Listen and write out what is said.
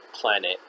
planet